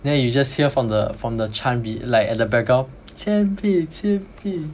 then you just hear from the from the chant be~ like at the background 千倍千倍